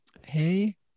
Hey